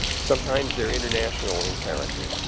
sometimes they're international in character.